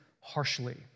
harshly